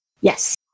Yes